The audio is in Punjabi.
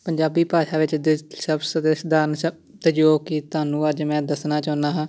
ਪੰਜਾਬੀ ਭਾਸ਼ਾ ਵਿੱਚ ਸਹਿਯੋਗ ਕੀ ਤੁਹਾਨੂੰ ਅੱਜ ਮੈਂ ਦੱਸਣਾ ਚਾਹੁੰਦਾ ਹਾਂ